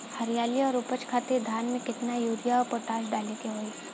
हरियाली और उपज खातिर धान में केतना यूरिया और पोटाश डाले के होई?